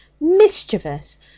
Mischievous